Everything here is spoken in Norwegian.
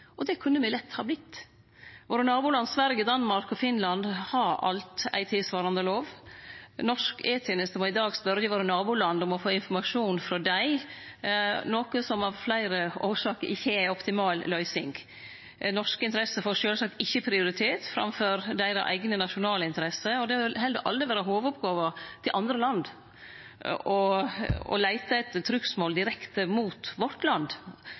Og det kunne me lett ha vorte. Våre naboland Sverige, Danmark og Finland har alt ei tilsvarande lov. Norsk E-teneste må i dag spørje våre naboland om å få informasjon frå dei, noko som av fleire årsaker ikkje er ei optimal løysing. Norske interesser får sjølvsagt ikkje prioritet framfor deira eigne nasjonale interesser. Det vil heller aldri vere hovudoppgåva til andre land å leite etter trugsmål direkte mot vårt land,